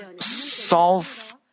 solve